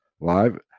live